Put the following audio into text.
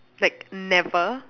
like never